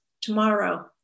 tomorrow